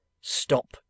Stop